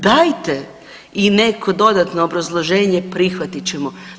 Dajte i neko dodatno obrazloženje, prihvatit ćemo.